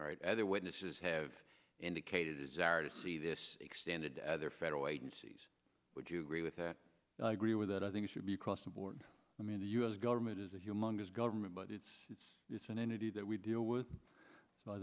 all right other witnesses have indicated a desire to see this expanded to other federal agencies would you agree with that agree with that i think it should be across the board i mean the u s government is a humongous government but it's it's it's an entity that we deal with